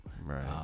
Right